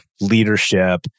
leadership